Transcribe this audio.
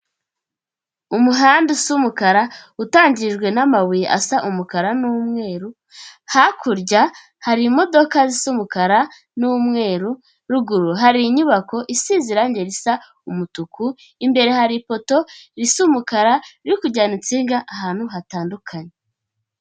Umuhanda usa umukara utangijwe n'amabuye asa umukara n'umweru, hakurya hari imodoka z'umukara n'umweru, ruguru hari inyubako isize irangi risa umutuku, imbere hari ipoto risa umukara riri kujyana insinga ahantu hatandukanye.